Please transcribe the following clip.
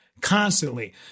constantly